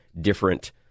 different